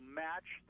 match